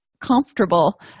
comfortable